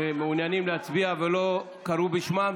שלא קראו בשמם?